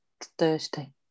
thirsty